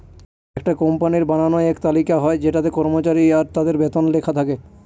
একটা কোম্পানির বানানো এক তালিকা হয় যেটাতে কর্মচারী আর তাদের বেতন লেখা থাকে